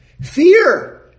fear